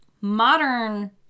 Modern